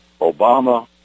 Obama